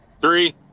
Three